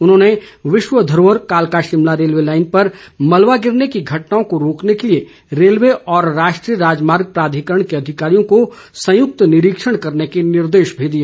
उन्होंने विश्व धरोहर कालका शिमला रेलवे लाइन पर मलवा गिरने की घटनाओं को रोकने के लिए रेलवे और राष्ट्रीय राजमार्ग प्राधिकरण के अधिकारियों को संयुक्त निरीक्षण करने के निर्देश भी दिए